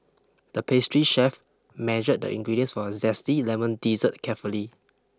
the pastry chef measured the ingredients for a zesty lemon dessert carefully